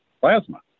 plasma